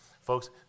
Folks